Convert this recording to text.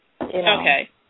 Okay